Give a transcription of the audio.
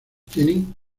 tienen